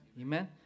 Amen